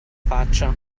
faccia